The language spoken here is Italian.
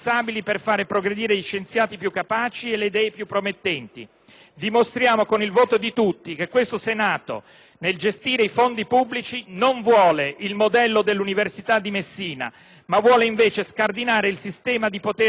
Dimostriamo con il voto di tutti che questo Senato, nel gestire i fondi pubblici, non vuole il modello dell'università di Messina, ma vuole invece scardinare il sistema di potere dei baroni e degli amici degli amici. Votiamo assieme un emendamento